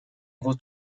вот